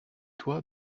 toi